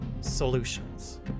solutions